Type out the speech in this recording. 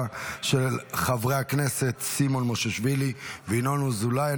של חברי הכנסת סימון מושיאשוילי וינון אזולאי.